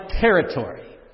territory